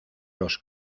los